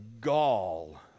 gall